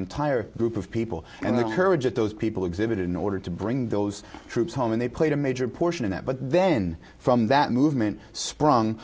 entire group of people and the courage that those people exhibited in order to bring those troops home and they played a major portion of that but then from that movement sprung